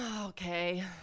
okay